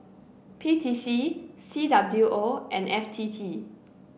P T C C W O and F T T